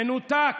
מנותק,